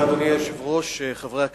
אדוני היושב-ראש, תודה, חברי הכנסת,